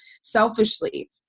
selfishly